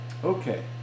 Okay